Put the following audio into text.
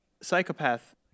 psychopath